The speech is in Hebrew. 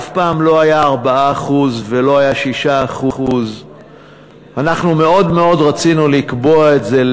אף פעם לא היה 4% ולא היה 6%. אנחנו מאוד מאוד רצינו לקבוע את זה,